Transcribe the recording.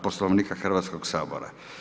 Poslovnika Hrvatskoga sabora.